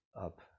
up